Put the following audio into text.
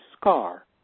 scar